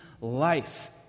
life